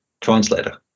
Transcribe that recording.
translator